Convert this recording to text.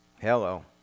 Hello